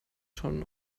schon